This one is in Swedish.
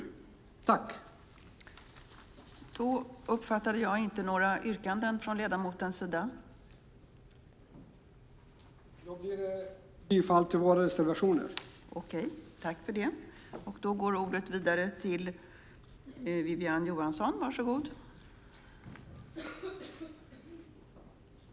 Jag yrkar bifall till våra reservationer.